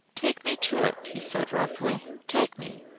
take me to it, he said roughly. take me.